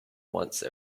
once